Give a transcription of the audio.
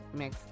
mix